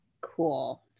Cool